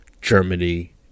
germany